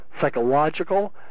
psychological